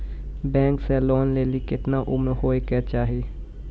Bank से loan लेली केतना उम्र होय केचाही?